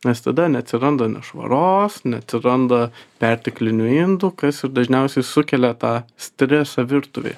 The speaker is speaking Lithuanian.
nes tada neatsiranda nešvaros neatsiranda perteklinių indų kas ir dažniausiai sukelia tą stresą virtuvėje